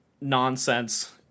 nonsense